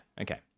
Okay